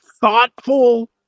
thoughtful